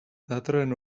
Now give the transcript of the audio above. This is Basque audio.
datorren